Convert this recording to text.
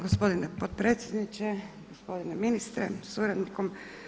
Gospodine potpredsjedniče, gospodine ministre sa suradnikom.